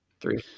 Three